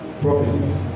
prophecies